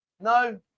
no